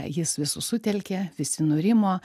jis visus sutelkė visi nurimo